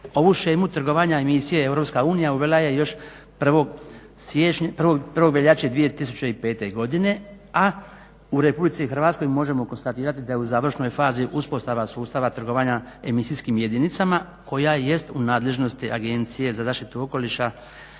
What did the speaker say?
Ovu shemu trgovanja emisije EU uvela je još 1. veljače 2005. godine, a u Republici Hrvatskoj možemo konstatirati da je u završnoj fazi uspostava sustava trgovanja emisijskim jedinicama koja jest u nadležnost Agencije za zaštitu okoliša